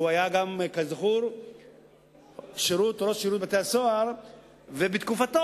שהיה כזכור גם נציב שירות בתי-הסוהר ובתקופתו